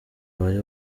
wari